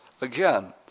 Again